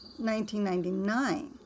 1999